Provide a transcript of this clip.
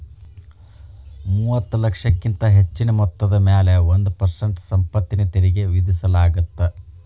ಮೂವತ್ತ ಲಕ್ಷಕ್ಕಿಂತ ಹೆಚ್ಚಿನ ಮೊತ್ತದ ಮ್ಯಾಲೆ ಒಂದ್ ಪರ್ಸೆಂಟ್ ಸಂಪತ್ತಿನ ತೆರಿಗಿ ವಿಧಿಸಲಾಗತ್ತ